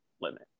limit